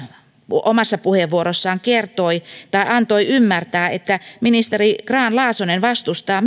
omassa puheenvuorossaan kertoi tai antoi ymmärtää että myöskin ministeri grahn laasonen vastustaa